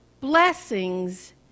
blessings